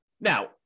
Now